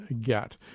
get